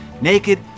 naked